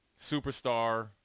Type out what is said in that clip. superstar